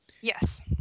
Yes